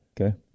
Okay